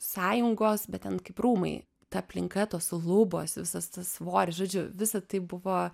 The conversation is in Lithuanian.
sąjungos bet ten kaip rūmai ta aplinka tos lubos visas tas svoris žodžiu visa tai buvo